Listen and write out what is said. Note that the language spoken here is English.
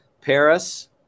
Paris